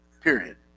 period